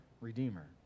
redeemer